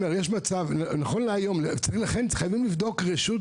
נכון להיום חייבים לבדוק רשות,